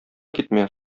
китмә